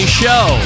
show